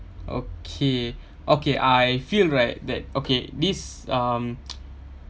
okay okay I feel like that okay this um